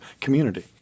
community